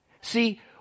See